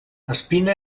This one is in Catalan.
espina